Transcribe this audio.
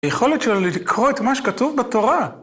היכולת שלו לקרוא את מה שכתוב בתורה.